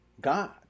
God